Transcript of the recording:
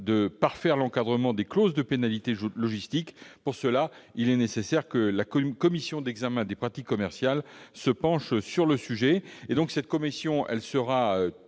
de parfaire l'encadrement des clauses de pénalités logistiques. Pour cela, il est nécessaire que la commission d'examen des pratiques commerciales se penche sur le sujet. Elle sera